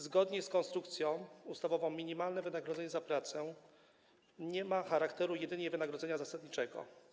Zgodnie z konstrukcją ustawową minimalne wynagrodzenie za pracę nie ma charakteru jedynie wynagrodzenia zasadniczego.